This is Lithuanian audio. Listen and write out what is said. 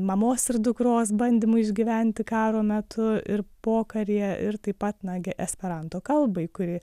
mamos ir dukros bandymui išgyventi karo metu ir pokaryje ir taip pat nagi esperanto kalbai kuri